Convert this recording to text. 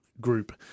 group